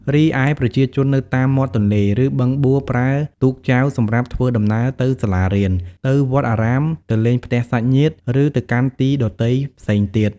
រីឯប្រជាជននៅតាមមាត់ទន្លេ ឬបឹងបួប្រើទូកចែវសម្រាប់ធ្វើដំណើរទៅសាលារៀន ទៅវត្តអារាម ទៅលេងផ្ទះសាច់ញាតិ ឬទៅកាន់ទីដទៃផ្សេងទៀត។